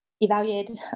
evaluated